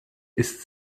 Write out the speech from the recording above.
ist